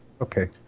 Okay